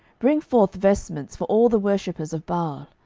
bring forth vestments for all the worshippers of baal.